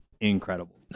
incredible